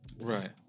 Right